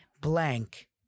blank